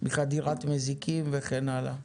מחדירת מזיקים וכן הלאה.